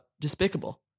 despicable